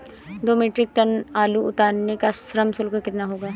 दो metric ton आलू उतारने का श्रम शुल्क कितना होगा?